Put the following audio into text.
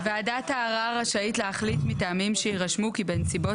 "וועדת הערר רשאית להחליט מטעמים שיירשמו כי בנסיבות